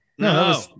No